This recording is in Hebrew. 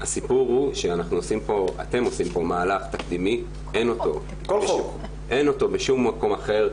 אתם עושים פה מהלך תקדימי, אין אותו בשום חוק אחר.